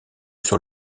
sur